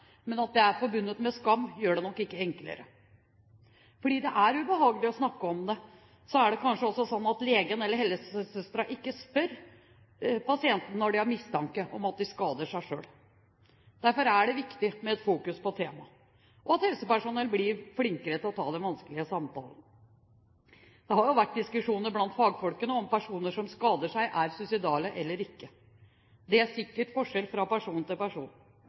men at det er forbundet med skam, gjør det nok ikke enklere. Fordi det er ubehagelig å snakke om det, er det kanskje også sånn at lege eller helsesøster ikke spør pasienten når de har mistanke om at de skader seg selv. Derfor er det viktig å fokusere på temaet og at helsepersonell blir flinkere til å ta den vanskelige samtalen. Det har vært diskusjoner blant fagfolk om personer som skader seg, er suicidale eller ikke. Det er sikkert forskjell fra person til person.